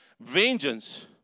vengeance